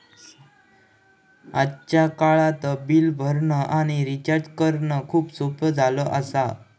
आजच्या काळात बिल भरणा आणि रिचार्ज करणा खूप सोप्प्या झाला आसा